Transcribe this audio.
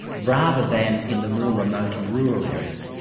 rather than in the more remote and rural areas.